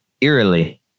eerily